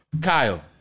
Kyle